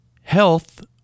health